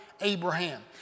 Abraham